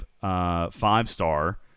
five-star